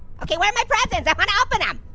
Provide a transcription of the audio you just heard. okay, where are my presents? i want to open them.